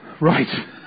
right